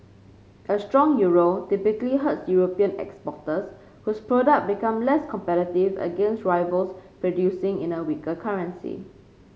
a strong Euro typically hurts European exporters whose products become less competitive against rivals producing in a weaker currency